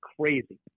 crazy